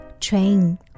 Train